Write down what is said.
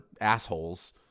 assholes